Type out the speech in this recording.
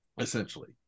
essentially